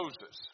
Moses